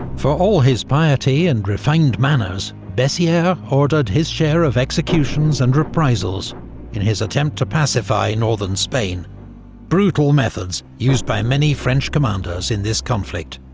for all his piety and refined manners, bessieres ordered his share of executions and reprisals in his attempt to pacify northern spain brutal methods used by many french commanders in this conflict.